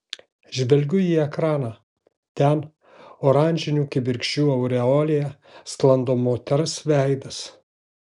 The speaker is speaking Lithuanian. žvelgiu į ekraną ten oranžinių kibirkščių aureolėje sklando moters veidas